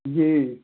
जी